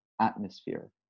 atmosphere